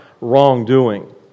wrongdoing